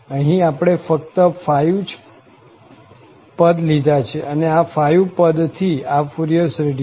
અહીં આપણે ફક્ત 5 જ પદ લીધા છે અને આ 5 પદ થી આ ફુરિયર શ્રેઢી છે